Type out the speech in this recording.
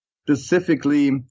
Specifically